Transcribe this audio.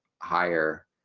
higher